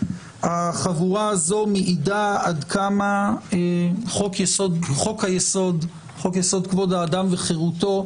החבורה הזאת מעידה עד כמה חוק יסוד: כבוד האדם וחירותו,